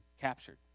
captured